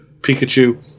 Pikachu